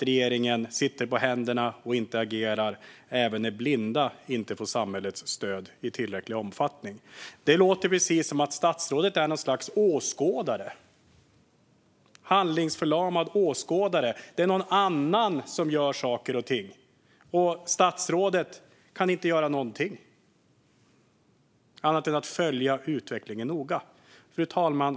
Regeringen sitter på händerna och agerar inte när blinda inte får samhällets stöd i tillräcklig omfattning. Det låter precis som att statsrådet är något slags handlingsförlamad åskådare. Det är någon annan som gör saker och ting, och statsrådet kan inte göra något annat än att följa utvecklingen noga. Fru ålderspresident!